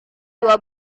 dua